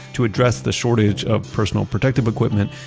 to address the shortage of personal protective equipment,